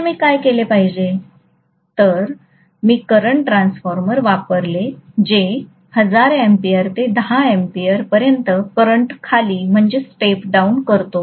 इथे मी काय केले पाहिजे तर मी करंट ट्रान्सफॉर्मर वापरले जे 1000 अँपिअर ते 10 अँपिअर पर्यंत करंट खाली करतो